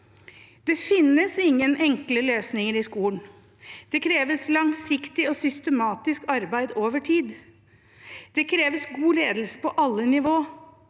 Det finnes ingen enkle løsninger i skolen. Det kreves langsiktig og systematisk arbeid over tid. Det kreves god ledelse på alle nivå,